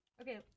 Okay